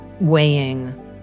weighing